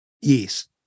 Yes